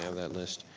ah that list.